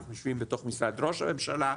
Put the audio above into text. אנחנו יושבים בתוך משרד ראש הממשלה,